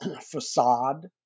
facade